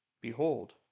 behold